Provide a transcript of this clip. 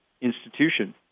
institution